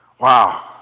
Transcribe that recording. Wow